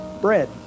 bread